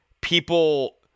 people